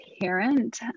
parent